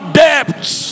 debts